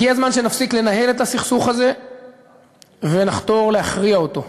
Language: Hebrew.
הגיע הזמן שנפסיק לנהל את הסכסוך הזה ונחתור להכריע אותו.